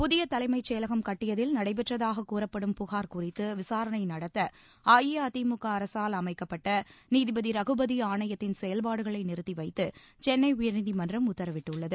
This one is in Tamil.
புதிய தலைமைச் செயலகம் கட்டியதில் நடைபெற்றதாகக் கூறப்படும் புகார் குறித்து விசாரணை நடத்த அஇஅதிமுக அரசால் அமைக்கப்பட்ட நீதிபதி ரகுபதி ஆணையத்தின் செயல்பாடுகுளை நிறுத்தி வைத்து சஸ்பெண்ட் செய்து சென்னை உயர்நீதிமன்றம் உத்தரவிட்டுள்ளது